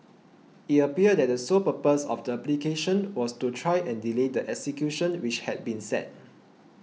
it appeared that the sole purpose of the applications was to try and delay the execution which had been set